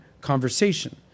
conversation